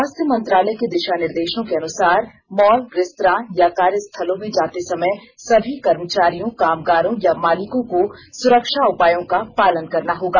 स्वास्थ्य मंत्रालय के दिशा निर्देशों के अनुसार मॉल रेस्तरां या कार्यस्थलों में जाते समय सभी कर्मचारियों कामगारों या मालिकों को सुरक्षा उपायों का पालन करना होगा